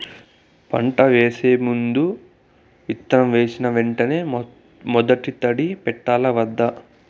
పంట వేసే ముందు, విత్తనం వేసిన వెంటనే మొదటి తడి పెట్టాలా వద్దా?